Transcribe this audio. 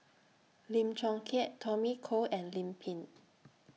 Lim Chong Keat Tommy Koh and Lim Pin